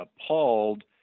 appalled